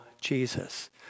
Jesus